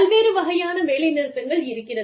பல்வேறு வகையான வேலைநிறுத்தங்கள் இருக்கிறது